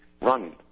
run